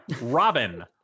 Robin